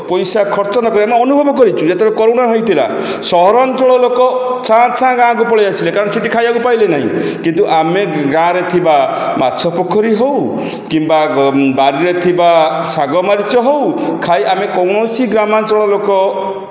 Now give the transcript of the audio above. ପଇସା ଖର୍ଚ୍ଚ ନକରି ଆମେ ଅନୁଭବ କରିଛୁ ଯେତେବେଳେ କରୋନା ହୋଇଥିଲା ସହରାଞ୍ଚଳ ଲୋକ ଛାଁ ଛାଁ ଗାଁକୁ ପଳାଇ ଆସିଲେ କାରଣ ସେଠି ଖାଇବାକୁ ପାଇଲେ ନାହିଁ କିନ୍ତୁ ଆମେ ଗାଁରେ ଥିବା ମାଛ ପୋଖରୀ ହେଉ କିମ୍ବା ବାରିରେ ଥିବା ଶାଗ ମରିଚ ହେଉ ଖାଇ ଆମେ କୌଣସି ଗ୍ରାମାଞ୍ଚଳ ଲୋକ